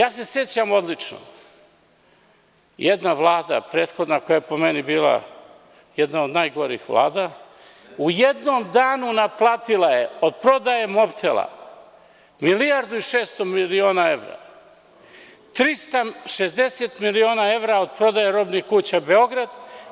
Ja se sećam odlično, jedna Vlada prethodna koja je po meni bila jedna od najgorih Vlada, u jednom danu naplatila je od prodaje „Mobtela“ milijardu i 600 miliona evra, 360 miliona evra od prodaje „Robnih kuća Beograd“,